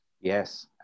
Yes